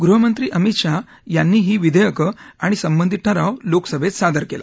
गृहमंत्री अमित शाह यांनी ही विधेयकं आणि संबंधित ठराव लोकसभेत सादर केला